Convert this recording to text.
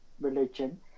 religion